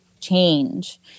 change